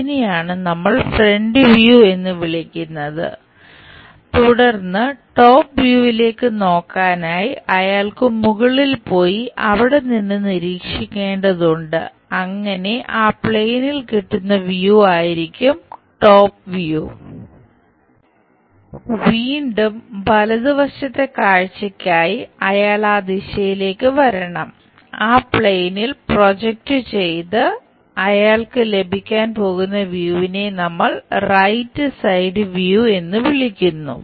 ഇതിനെയാണ് നമ്മൾ front view വീണ്ടും വലതുവശത്തെ കാഴ്ചയ്ക്കായി എന്ന് വിളിക്കുന്നു